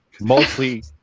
mostly